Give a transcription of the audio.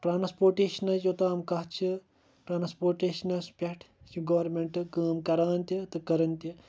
ٹَرانٕسپوٹیشنٕچ یوٚتام کَتھ چھ ٹَرانَٕسپوٹیشنَس پٮ۪ٹھ چھِ گورمیٚنٹ کٲم کَران تہِ تہٕ کَٔرٕنۍ تہِ